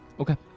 okay.